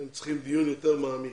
הם צריכים דיון יותר מעמיק.